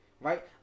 right